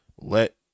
let